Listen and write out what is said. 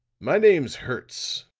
my name's hertz.